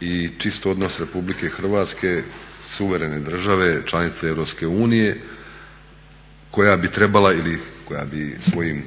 i čist odnos Republike Hrvatske, suverene države, članice Europske unije koja bi trebala ili koja bi svojim,